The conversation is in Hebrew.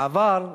בעבר,